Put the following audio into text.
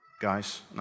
Guys